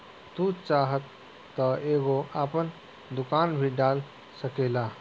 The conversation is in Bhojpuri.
तू चाहत तअ एगो आपन दुकान भी डाल सकेला